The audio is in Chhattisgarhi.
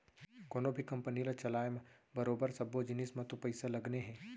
कोनों भी कंपनी ल चलाय म बरोबर सब्बो जिनिस म तो पइसा लगने हे